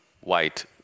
white